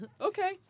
okay